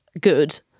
good